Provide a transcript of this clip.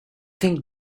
think